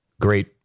great